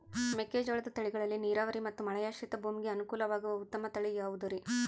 ಮೆಕ್ಕೆಜೋಳದ ತಳಿಗಳಲ್ಲಿ ನೇರಾವರಿ ಮತ್ತು ಮಳೆಯಾಶ್ರಿತ ಭೂಮಿಗೆ ಅನುಕೂಲವಾಗುವ ಉತ್ತಮ ತಳಿ ಯಾವುದುರಿ?